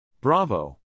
Bravo